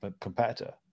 competitor